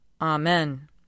Amen